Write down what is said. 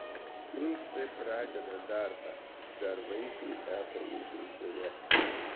inkstai pradeda darbą dar vaisiui esant gimdoje